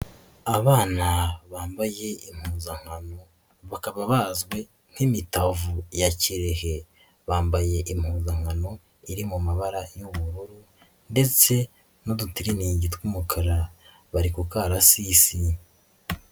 Abana bambaye impuzankano bakaba bazwi nk'imitavu ya Kirehe. Bambaye impuzankano iri mu mabara y'ubururu ndetse n'udutiriningi tw'umukara, bari ku karasisi.